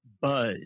buzz